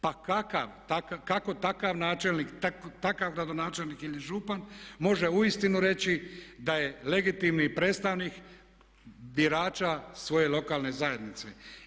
Pa kako takav načelnik, takav gradonačelnik ili župan može uistinu reći da je legitimni predstavnik birača svoje lokalne zajednice?